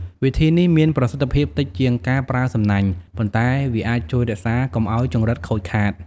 វិធីនេះមានប្រសិទ្ធភាពតិចជាងការប្រើសំណាញ់ ប៉ុន្តែវាអាចជួយរក្សាកុំឲ្យចង្រិតខូចខាត។